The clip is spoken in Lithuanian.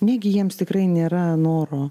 negi jiems tikrai nėra noro